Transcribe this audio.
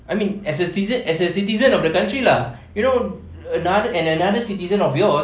I mean as citizen as a citizen of the country lah you know another in another citizen of yours